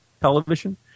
television